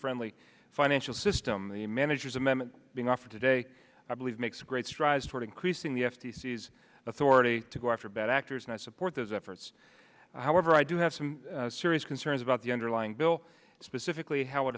friendly financial system the manager's amendment being offered today i believe makes a great strides toward increasing the f t c has authority to go after bad actors and i support those efforts however i do have some serious concerns about the underlying bill specifically how it